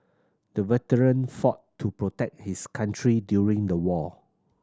the veteran fought to protect his country during the war